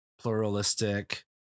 pluralistic